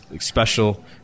special